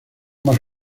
más